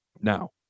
Now